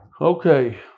Okay